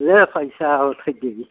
ल पैसा हौ फेक